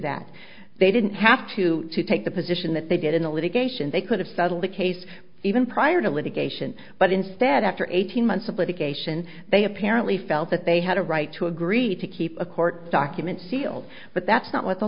that they didn't have to take the position that they did in the litigation they could have settled the case even prior to litigation but instead after eighteen months of litigation they apparently felt that they had a right to agree to keep the court documents sealed but that's not what the